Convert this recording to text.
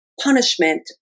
punishment